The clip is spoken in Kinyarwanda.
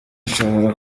nshobora